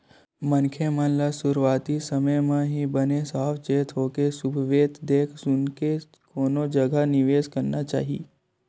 मनखे मन ल सुरुवाती समे म ही बने साव चेत होके सुबेवत देख सुनके कोनो जगा निवेस करना चाही